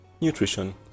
nutrition